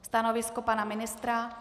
Stanovisko pana ministra?